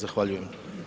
Zahvaljujem.